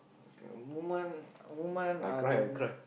okay woman woman uh the